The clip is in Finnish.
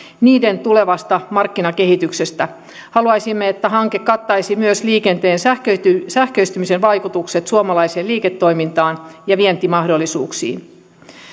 niiden tulevasta markkinakehityksestä haluaisimme että hanke kattaisi myös liikenteen sähköistymisen sähköistymisen vaikutukset suomalaiseen liiketoimintaan ja vientimahdollisuuksiin